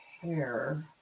hair